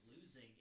losing